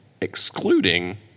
excluding